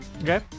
Okay